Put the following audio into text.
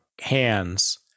hands